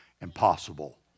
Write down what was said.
impossible